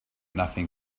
nothing